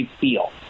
feel